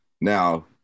Now